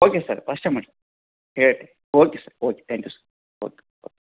okay sir ಪಾಸ್ಟಾಗಿ ಮಾಡಿ ಹೇಳ್ತೀನಿ okay sir okay thank you sir okay okay